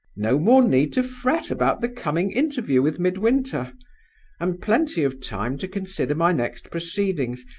no more need to fret about the coming interview with midwinter and plenty of time to consider my next proceedings,